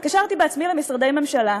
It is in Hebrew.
התקשרתי בעצמי למשרדי ממשלה.